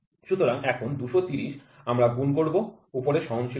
সুতরাং এখন আমরা ২৩০ গুণ করব যা হবে উপরের সহনশীলতা